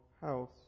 house